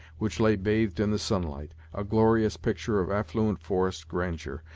which lay bathed in the sunlight, a glorious picture of affluent forest grandeur,